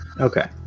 Okay